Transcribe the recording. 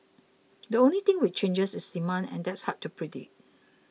the only thing which changes is demand and that's hard to predict